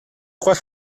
trois